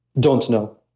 don't know.